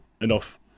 enough